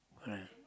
correct